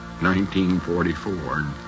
1944